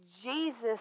Jesus